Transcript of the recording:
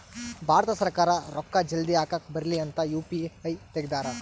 ಭಾರತ ಸರ್ಕಾರ ರೂಕ್ಕ ಜಲ್ದೀ ಹಾಕಕ್ ಬರಲಿ ಅಂತ ಯು.ಪಿ.ಐ ತೆಗ್ದಾರ